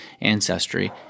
ancestry